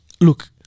Look